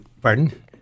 Pardon